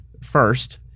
first